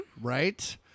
Right